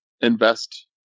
invest